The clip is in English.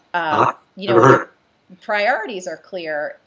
ah your priorities are clear,